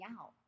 out